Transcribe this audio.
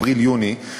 אפריל יוני,